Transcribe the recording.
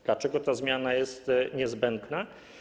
Dlaczego ta zmiana jest niezbędna?